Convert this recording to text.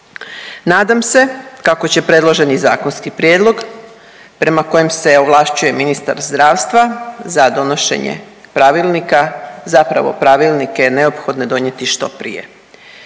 Nadam se kako će predloženi zakonski prijedlog prema kojem se ovlašćuje ministar zdravstva za donošenje pravilnika, zapravo pravilnike je neophodno donijeti što prije.